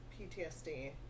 PTSD